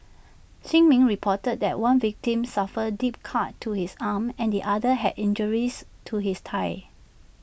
shin min reported that one victim suffered deep cuts to his arm and the other had injuries to his thigh